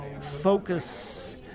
focus